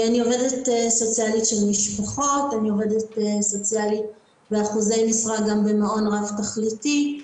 אני עובדת סוציאלית של משפחות ואחוזי משרה גם במעון רב תכליתי.